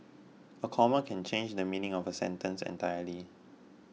a comma can change the meaning of a sentence entirely